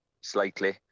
slightly